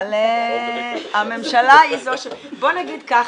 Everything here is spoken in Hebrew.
אבל הממשלה היא זו ש- -- בוא נגיד ככה,